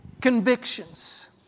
convictions